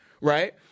Right